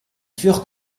furent